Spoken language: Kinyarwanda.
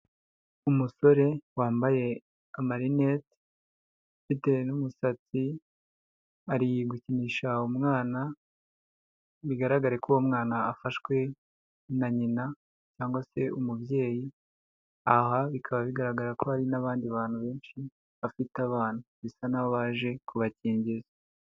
Umusore wambaye amarinete bitewe n'umusatsi ari gukinisha umwana bigaragare ko uwo mwana afashwe na nyina cyangwa se umubyeyi aha bikaba bigaragara ko hari n'abandi bantu benshi bafite abana bisa nkaho baje kubakingiza.